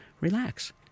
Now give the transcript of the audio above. relax